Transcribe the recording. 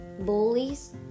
bullies